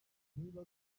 niba